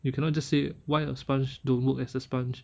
you cannot just say why a sponge don't work as a sponge